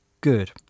good